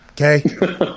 Okay